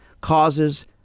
causes